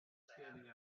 standing